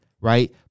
Right